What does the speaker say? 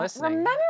remember